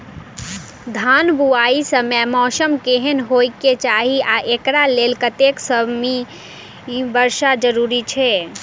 धान बुआई समय मौसम केहन होइ केँ चाहि आ एकरा लेल कतेक सँ मी वर्षा जरूरी छै?